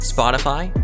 Spotify